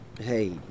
hey